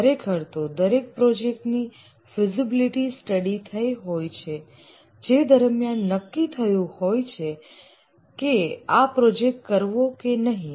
ખરેખર તો દરેક પ્રોજેક્ટ ની ફિઝિબિલિટી સ્ટડી થઈ હોય છે જે દરમિયાન નક્કી થયું હોય છે કે આ પ્રોજેક્ટ કરવો કે નહીં